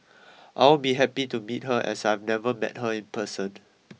I'll be happy to meet her as I've never met her in person